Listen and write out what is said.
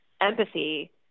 empathy